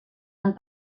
amb